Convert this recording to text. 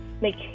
make